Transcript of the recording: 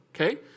okay